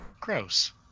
gross